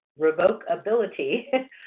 revocability